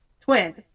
twins